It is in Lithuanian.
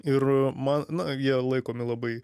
ir man na jie laikomi labai